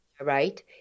right